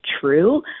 true